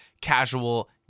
casual